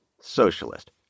socialist